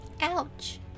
Ouch